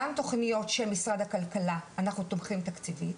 גם תוכניות של משרד הכלכלה אנחנו תומכים תקציבית.